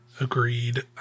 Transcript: agreed